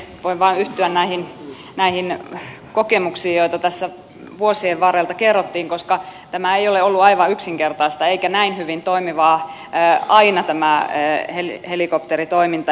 voin vain yhtyä näihin kokemuksiin joita tässä vuosien varrelta kerrottiin koska ei ole ollut aivan yksinkertaista eikä näin hyvin toimivaa aina tämä helikopteritoiminta